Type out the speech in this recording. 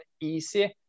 easy